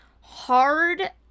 hard